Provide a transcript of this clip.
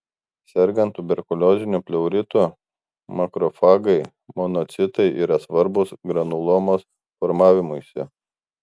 sergant tuberkulioziniu pleuritu makrofagai monocitai yra svarbūs granulomos formavimuisi